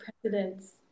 presidents